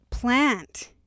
plant